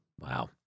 Wow